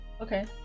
Okay